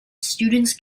students